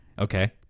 Okay